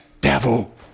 devil